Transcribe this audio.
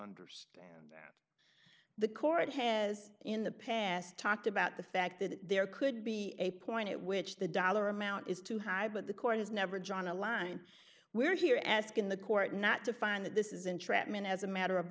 understand the court has in the past talked about the fact that there could be a point at which the dollar amount is too high but the court has never john a line we're here asking the court not to find that this is entrapment as a matter of